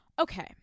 Okay